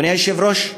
אדוני היושב-ראש,